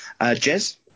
Jez